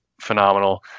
phenomenal